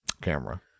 camera